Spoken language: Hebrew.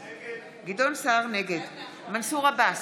נגד מנסור עבאס,